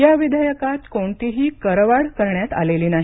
या विधेयकात कोणतीही करवाढ करण्यात आलेली नाही